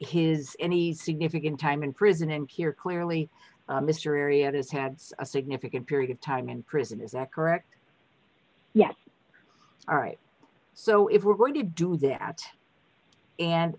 his any significant time in prison and here clearly mr area has had a significant period of time in prison is that correct yes all right so if we're going to do that and